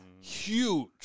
huge